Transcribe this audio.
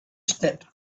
stepped